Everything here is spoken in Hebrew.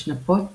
בכל אחת מהנפות,